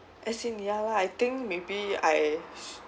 as in ya lah I think maybe I